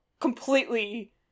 completely